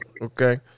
Okay